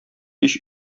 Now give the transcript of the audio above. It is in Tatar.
һич